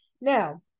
Now